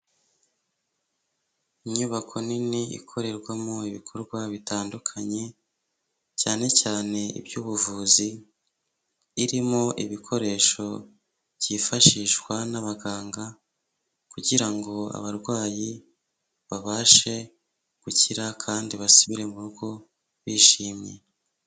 Inyubako nini ikorerwamo ibikorwa bitandukanye cyane cyane iby'ubuvuzi, irimo ibikoresho byifashishwa n'abaganga kugira ngo abarwayi babashe gukira kandi basubire mu rugo bishimye.